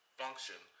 function